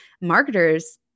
marketers